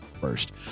first